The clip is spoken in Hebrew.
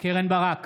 קרן ברק,